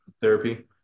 therapy